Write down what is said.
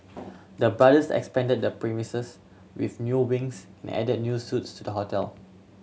the brothers expanded the premises with new wings and added new suites to the hotel